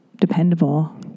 dependable